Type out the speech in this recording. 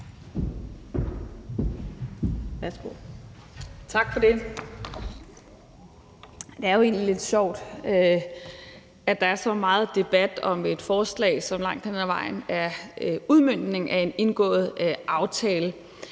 Tak for det.